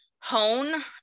Hone